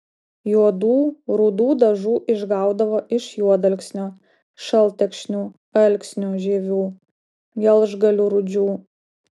juodų rudų dažų išgaudavo iš juodalksnio šaltekšnių alksnių žievių gelžgalių rūdžių